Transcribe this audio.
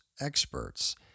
experts